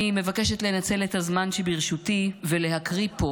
אני מבקשת לנצל את הזמן שברשותי ולהקריא פה,